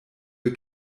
wir